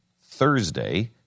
Thursday